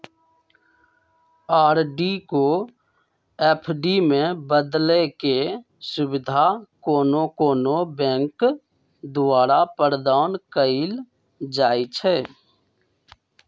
RD को FD में बदलेके सुविधा कोनो कोनो बैंके द्वारा प्रदान कएल जाइ छइ